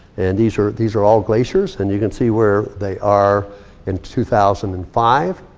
and these are these are all glaciers. and you can see where they are in two thousand and five.